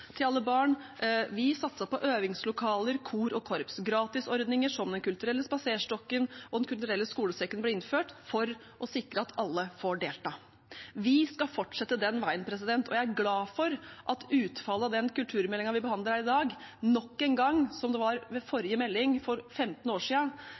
til alle barn. Vi satset på øvingslokaler, kor og korps. Gratisordninger som Den kulturelle spaserstokken og Den kulturelle skolesekken ble innført for å sikre at alle får delta. Vi skal fortsette den veien. Jeg er glad for at utfallet av den kulturmeldingen vi behandler i dag, som ved forrige melding for 15 år siden, nok en gang